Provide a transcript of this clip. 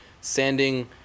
sanding